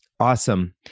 Awesome